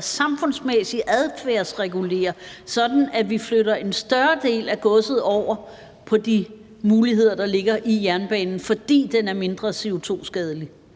samfundsmæssigt at adfærdsregulere, sådan at vi flytter en større del af godset over på de muligheder, der ligger i jernbanen, fordi den er mindre CO2-skadelig.